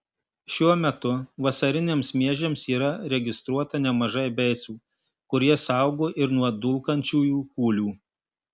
šiuo metu vasariniams miežiams yra registruota nemažai beicų kurie saugo ir nuo dulkančiųjų kūlių